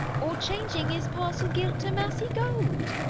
or changing his parcel gilt to massy gold.